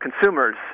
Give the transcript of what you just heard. consumers